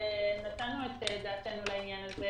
נתנו את דעתנו לעניין הזה